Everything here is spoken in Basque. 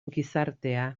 gizartea